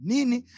Nini